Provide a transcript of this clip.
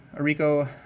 Arico